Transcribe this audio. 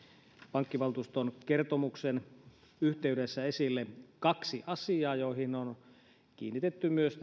pankkivaltuuston kertomuksen yhteydessä esille kaksi asiaa joihin on kiinnitetty myös